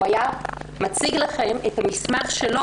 הוא היה מציג לכם את המסמך שלו.